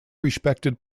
respected